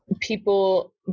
people